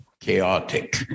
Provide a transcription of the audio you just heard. chaotic